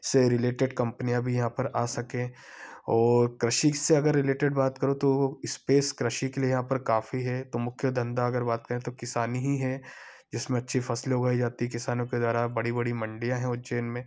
से रिलेटेड कम्पनियाँ भी यहाँ पर आ सकें और कृषि से अगर रिलेटेड बात करो तो वो स्पेस कृषि के लिए यहाँ पर काफ़ी है तो मुख्य धंधा अगर बात करें तो किसानी ही है इसमें अच्छी फ़सलें उगाई जाती हैं किसानों के द्वारा बड़ी बड़ी मण्डियाँ हैं उज्जैन में